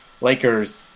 Lakers